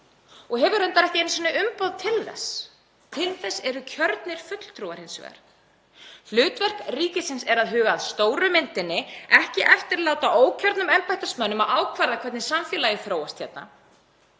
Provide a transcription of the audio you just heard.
og hefur reyndar ekki einu sinni umboð til þess. Til þess eru hins vegar kjörnir fulltrúar. Hlutverk ríkisins er að huga að stóru myndinni en ekki eftirláta ókjörnum embættismönnum að ákvarða hvernig samfélagið þróast hérna.